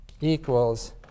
equals